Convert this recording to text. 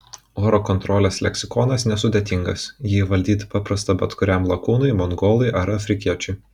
oro kontrolės leksikonas nesudėtingas jį įvaldyti paprasta bet kuriam lakūnui mongolui ar afrikiečiui